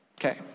Okay